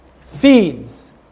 feeds